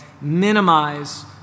minimize